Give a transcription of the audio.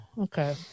Okay